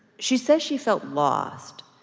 she says she felt lost,